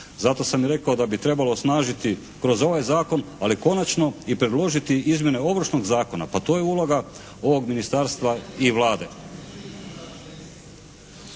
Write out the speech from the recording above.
Zato sam i rekao da bi trebalo osnažiti kroz ovaj Zakon, ali konačno i predložiti izmjene Ovršnog zakona. Pa to je uloga ovog ministarstva i Vlade.